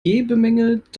bemängelt